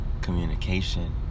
communication